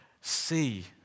see